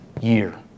year